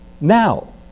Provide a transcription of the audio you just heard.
Now